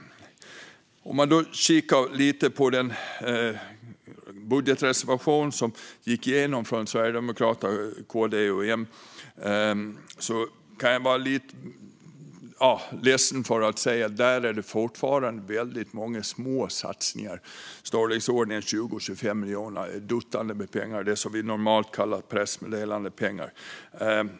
Låt oss kika lite på den budgetreservation från SD, KD och M som gick igenom. Jag är ledsen att behöva säga att det fortfarande finns väldigt många små satsningar i den, i storleksordningen 20-25 miljoner. Det är ett duttande med pengar - det som vi normalt kallar för pressmeddelandepengar.